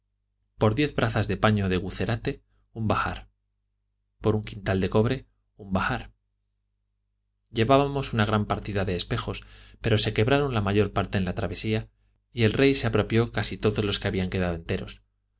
por diez brazas de paño de acete un bahar por un quintal de cobre un bahar llevábamos una gran partida de espejos pero se quebraron la mayor parte en la travesía y el rey se apropió casi todos los que habían quedado enteros